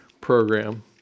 program